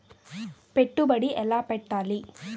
పెట్టుబడి ఎలా పెట్టాలి?